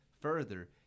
Further